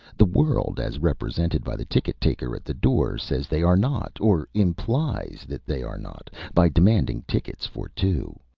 the world, as represented by the ticket-taker at the door, says they are not or implies that they are not, by demanding tickets for two.